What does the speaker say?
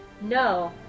no